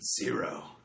Zero